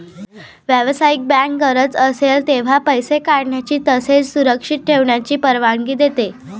व्यावसायिक बँक गरज असेल तेव्हा पैसे काढण्याची तसेच सुरक्षित ठेवण्याची परवानगी देते